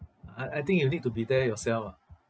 I I think you need to be there yourself ah